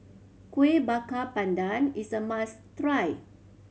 Kuih Bakar Pandan is a must try